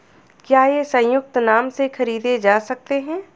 क्या ये संयुक्त नाम से खरीदे जा सकते हैं?